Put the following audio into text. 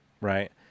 Right